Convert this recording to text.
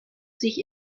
sich